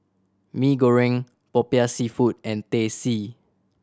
Mee Goreng Popiah Seafood and Teh C